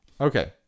Okay